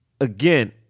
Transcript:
again